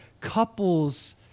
couples